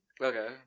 Okay